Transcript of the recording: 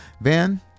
Van